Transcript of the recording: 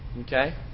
okay